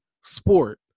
sport